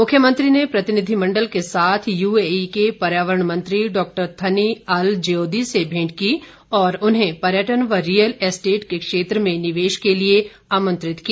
मुख्यमंत्री ने प्रतिनिधिमण्डल के साथ यूएई के पर्यावरण मंत्री डॉक्टर थनी अल जियोदी से भेंट की और उन्हें पर्यटन व रियल एस्टेट के क्षेत्र में निवेश के लिए आमंत्रित किया